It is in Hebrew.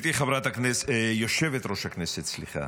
גברתי חברת הכנסת, יושבת-ראש הכנסת, סליחה,